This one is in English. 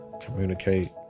communicate